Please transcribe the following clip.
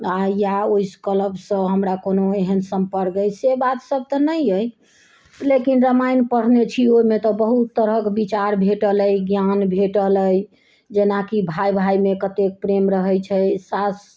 आ या ओइ क्लबसँ हमरा कोनो एहन सम्पर्क अइ से बातसभ तऽ नहि अइ लेकिन रामायण पढ़ने छी ओहिमे तऽ बहुत तरहक विचार भेटल अइ ज्ञान भेटल अइ जेनाकि भाय भायमे कतेक प्रेम रहै छै सासु